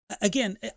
Again